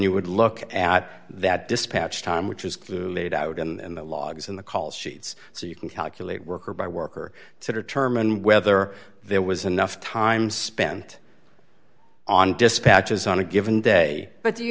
you would look at that dispatch time which is laid out in the logs in the call sheets so you can calculate worker by worker to determine whether there was enough time spent on dispatches on a given day but do you